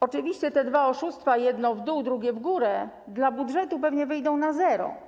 Oczywiście te dwa oszustwa, jedno w dół, drugie w górę, dla budżetu pewnie wyjdą na zero.